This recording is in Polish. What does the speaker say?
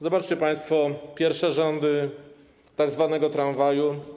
Zobaczcie państwo pierwsze rzędy tzw. tramwaju.